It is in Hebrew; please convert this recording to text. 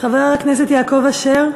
חבר הכנסת יעקב אשר.